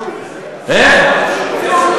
אני, איך?